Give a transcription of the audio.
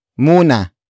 muna